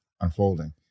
unfolding